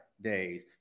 days